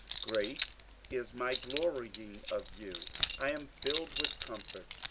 great is my glorying of you i am filled with comfort,